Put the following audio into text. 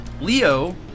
Leo